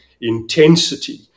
intensity